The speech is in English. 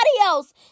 else